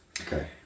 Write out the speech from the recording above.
Okay